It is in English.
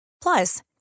Plus